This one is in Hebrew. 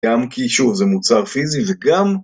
‫גם כי, שוב, זה מוצר פיזי וגם...